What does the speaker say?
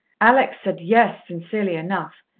alex said yes sincerely enough,